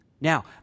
Now